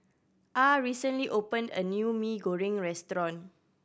Ah recently opened a new Mee Goreng restaurant